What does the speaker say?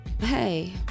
hey